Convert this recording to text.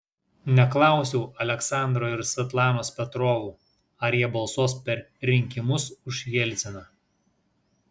neklausiau aleksandro ir svetlanos petrovų ar jie balsuos per rinkimus už jelciną